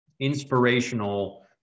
inspirational